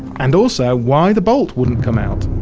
and also why the bolt wouldn't come out.